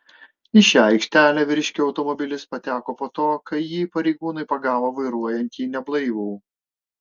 į šią aikštelę vyriškio automobilis pateko po to kai jį pareigūnai pagavo vairuojantį neblaivų